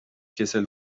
کسل